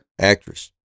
actress